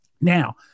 Now –